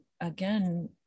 again